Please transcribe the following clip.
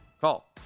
Call